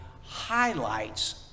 highlights